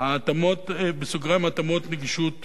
(התאמת נגישות לשירות),